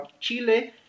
Chile